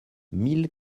mille